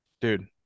dude